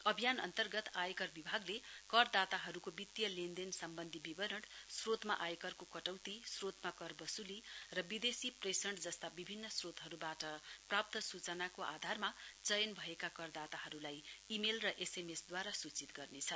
अभियान अन्तर्गत आयकर विभागले करदाताहरुको वित्तीय लेनदेन सम्वन्धी विवरण श्रोतमा आयकरको कटौती श्रोतमा कर वसूली र विदेशी प्रेषण जस्ता विभिन्न श्रोतहरुवाट प्राप्त सूचनाहरुको आधारमा चयन भएका करदाताहरुलाई ई मेल र एस एम एस द्वारा सूचित गर्नेछ